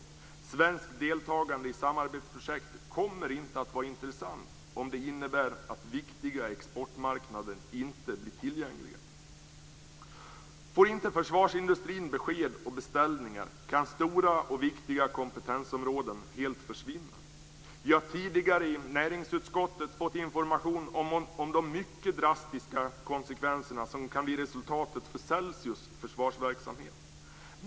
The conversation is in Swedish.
Ett svenskt deltagande i samarbetsprojekt kommer inte att vara intressant om det innebär att viktiga exportmarknader inte blir tillgängliga. Om försvarsindustrin inte får besked och beställningar kan stora och viktiga kompetensområden helt försvinna. Vi har tidigare i näringsutskottet fått information om de mycket drastiska konsekvenserna som kan bli resultatet för Celsius försvarsverksamhet.